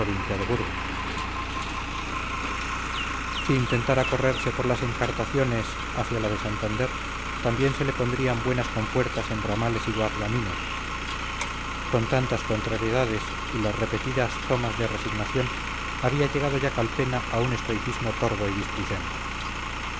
provincia de burgos si intentara correrse por las encartaciones hacia la de santander también se le pondrían buenas compuertas en ramales y guardamino con tantas contrariedades y las repetidas tomas de resignación había llegado ya calpena a un estoicismo torvo